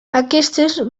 aquestes